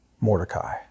Mordecai